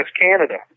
Canada